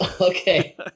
Okay